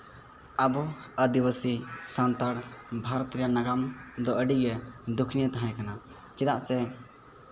ᱟᱵᱚ ᱟᱹᱫᱤᱵᱟᱥᱤ ᱥᱟᱱᱛᱟᱲ ᱵᱷᱟᱨᱚᱛ ᱨᱮ ᱱᱟᱜᱟᱢ ᱫᱚ ᱟᱹᱰᱤ ᱜᱮ ᱫᱩᱠᱷᱟᱹᱞᱤ ᱛᱟᱦᱮᱸᱠᱟᱱᱟ ᱪᱮᱫᱟᱜ ᱥᱮ